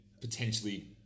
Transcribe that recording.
potentially